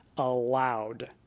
allowed